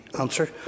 answer